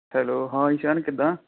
hello ਹਾਂ ਇਸ਼ਾਂਨ ਕਿੱਦਾਂ